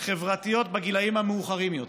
חברתיות בגילים המאוחרים יותר,